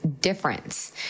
difference